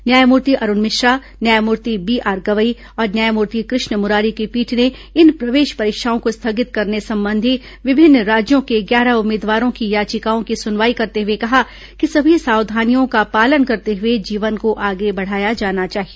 न्यायमूर्ति अरूण मिश्रा न्यायमूर्ति बीआर गवई और न्यायमूर्ति कृष्ण मुरारी की पीठ ने इन प्रवेश परीक्षाओं को स्थगित करने संबंधी विभिन्न राज्यों के ग्यारह उम्मीदवारों की याचिकाओं की सुनवाई करते हुए कहा कि सभी सावधानियों का पालन करते हुए जीवन को आगे बढाया जाना चाहिए